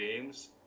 games